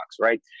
right